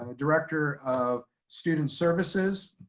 ah director of student services,